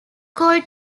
called